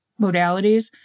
modalities